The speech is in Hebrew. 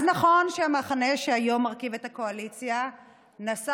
אז נכון שהמחנה שהיום מרכיב את הקואליציה נשא